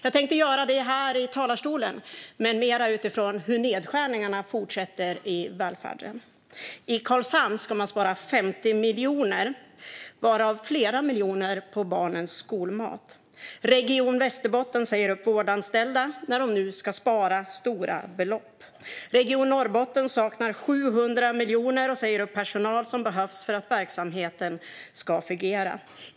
Jag tänkte också göra det men mer utifrån hur nedskärningarna i välfärden fortsätter. I Karlshamn ska man spara 50 miljoner varav flera miljoner på barnens skolmat. Region Västerbotten säger upp vårdanställda när de nu ska spara stora belopp. Region Norrbotten saknar 700 miljoner och säger upp personal som behövs för att verksamheten ska fungera.